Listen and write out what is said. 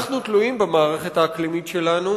אנחנו תלויים במערכת האקלימית שלנו,